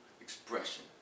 expression